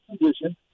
position